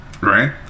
right